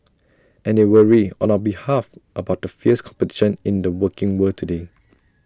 and they worry on our behalf about the fierce competition in the working world today